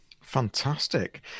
Fantastic